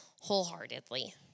wholeheartedly